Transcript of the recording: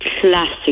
classic